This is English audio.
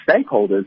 stakeholders